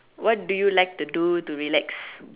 what do you like to do to relax